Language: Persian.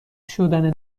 شدن